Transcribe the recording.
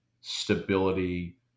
stability